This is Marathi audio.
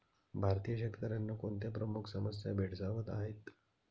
भारतीय शेतकऱ्यांना कोणत्या प्रमुख समस्या भेडसावत आहेत?